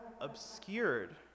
obscured